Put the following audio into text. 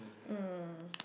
mm